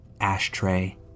ashtray